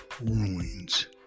ruins